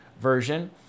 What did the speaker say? version